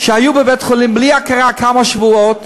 שהיו בבית-חולים בלי הכרה כמה שבועות,